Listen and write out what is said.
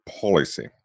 Policy